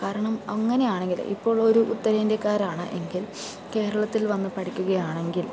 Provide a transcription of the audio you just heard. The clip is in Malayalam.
കാരണം അങ്ങനെ ആണെങ്കില് ഇപ്പോൾ ഒരു ഉത്തരേന്ത്യക്കാരാണ് എങ്കിൽ കേരളത്തിൽ വന്നു പഠിക്കുകയാണെങ്കിൽ